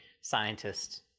scientists